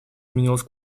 изменилась